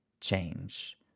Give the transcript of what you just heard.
change